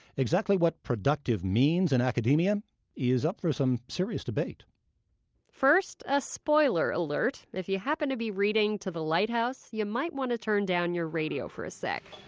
exactly what productive means in academia is up for some serious debate first a spoiler alert, if you happen to be reading to the lighthouse, you might want to turn off your radio for a sec